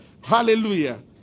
Hallelujah